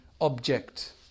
object